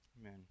Amen